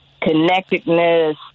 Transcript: connectedness